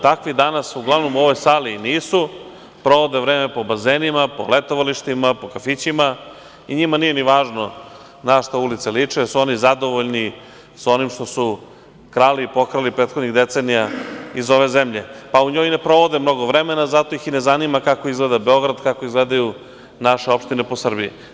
Takvi danas u ovoj sali nisu, provode vreme po bazenima, letovalištima, po kafićima i njima nije ni važno na šta ulice liče, jer su oni zadovoljni sa onim što su krali, pokrali prethodnih decenija iz ove zemlje, pa u njoj i ne provode mnogo vremena i zato ih i ne zanima kako izgleda Beograd, kako izgledaju naše opštine po Srbiji.